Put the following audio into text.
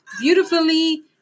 beautifully